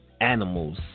Animals